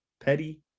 petty